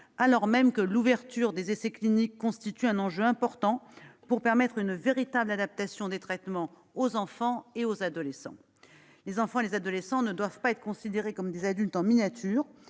alors même que l'ouverture des essais cliniques constitue un enjeu important pour permettre une véritable adaptation des traitements aux enfants et aux adolescents. Les enfants et les adolescents doivent être considérés non pas comme des adultes miniatures,